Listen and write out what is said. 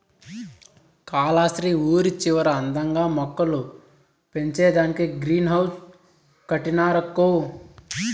కాలస్త్రి ఊరి చివరన అందంగా మొక్కలు పెంచేదానికే గ్రీన్ హౌస్ కట్టినారక్కో